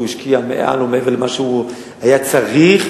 והוא השקיע מעל ומעבר למה שהוא היה צריך,